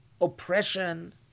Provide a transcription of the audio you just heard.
oppression